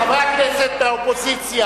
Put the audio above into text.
חברי הכנסת מהאופוזיציה,